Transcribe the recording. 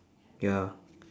ya